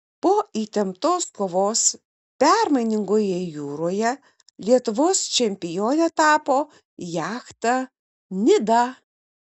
po įtemptos kovos permainingoje jūroje lietuvos čempione tapo jachta nida